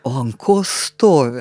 o ant ko stovi